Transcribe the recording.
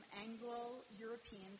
Anglo-European